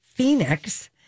Phoenix